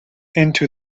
into